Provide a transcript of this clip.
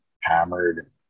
hammered